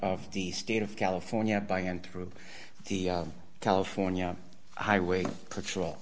of the state of california by and through the california highway patrol